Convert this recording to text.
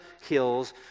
hills